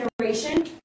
generation